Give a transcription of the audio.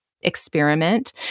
experiment